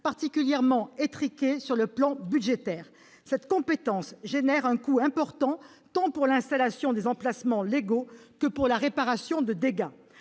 particulièrement étriquée sur le plan budgétaire. Cette compétence suscite un coût important, tant pour l'installation des emplacements légaux que pour la réparation de dégâts.